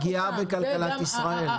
זה פגיעה בכלכלת ישראל.